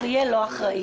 זה יהיה לא אחראי".